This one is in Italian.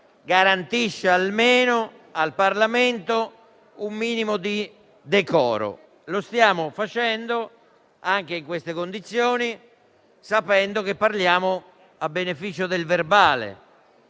garantisce al Parlamento almeno un minimo di decoro. Lo stiamo facendo anche in queste condizioni, sapendo che parliamo a beneficio del Resoconto